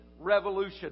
revolution